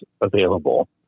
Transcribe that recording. available